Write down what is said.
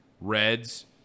Reds